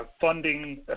funding